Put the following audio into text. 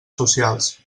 socials